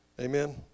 Amen